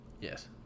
Yes